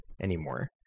anymore